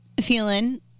feeling